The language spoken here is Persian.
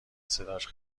صداش